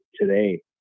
today